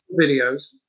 videos